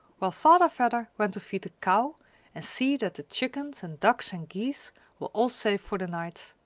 while father vedder went to feed the cow and see that the chickens and ducks and geese were all safe for the night.